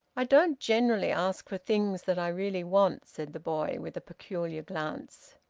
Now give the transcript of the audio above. i don't generally ask for things that i really want, said the boy, with a peculiar glance.